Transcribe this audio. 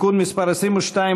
(תיקון מס' 22,